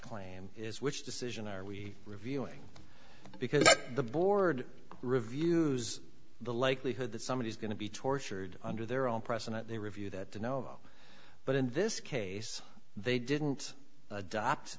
claim is which decision are we reviewing because the board reviews the likelihood that somebody is going to be tortured under their own precedent they review that to know but in this case they didn't adopt